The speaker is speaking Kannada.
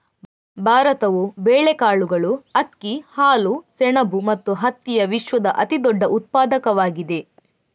ಭಾರತವು ಬೇಳೆಕಾಳುಗಳು, ಅಕ್ಕಿ, ಹಾಲು, ಸೆಣಬು ಮತ್ತು ಹತ್ತಿಯ ವಿಶ್ವದ ಅತಿದೊಡ್ಡ ಉತ್ಪಾದಕವಾಗಿದೆ